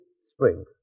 spring